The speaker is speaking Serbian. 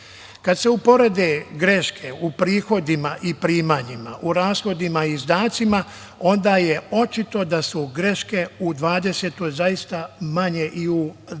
se uporede greške u prihodima i primanjima, u rashodima i izdacima onda je očito da su greške u 2020. godini zaista manje i u